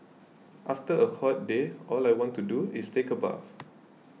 after a hot day all I want to do is take a bath